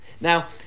Now